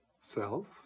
self